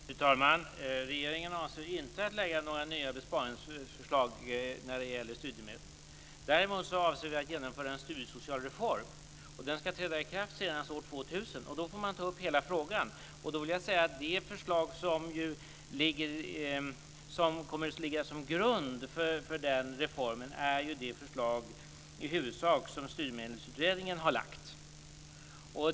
Fru talman! Nej, regeringen avser inte att lägga fram några nya besparingsförslag när det gäller studiemedel. Däremot avser vi att genomföra en studiesocial reform. Den skall träda i kraft senast år 2000. Då får man ta upp hela frågan. Det förslag som kommer att ligga som grund för den reformen är i huvudsak det förslag som Studiemedelsutredningen har lagt fram.